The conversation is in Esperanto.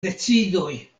decidoj